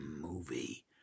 Movie